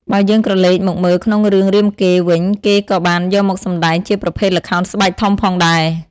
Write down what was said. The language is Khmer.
បើយើងក្រឡេកមកមើលក្នុងរឿងរាមកេរ្តិ៍វិញគេក៏បានយកមកសម្តែងជាប្រភេទល្ខោនស្បែកធំផងដែរ ។